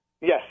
Yes